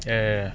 ya ya ya